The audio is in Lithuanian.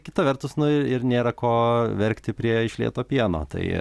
kita vertus nu ir nėra ko verkti prie išlieto pieno tai